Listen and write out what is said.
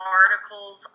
articles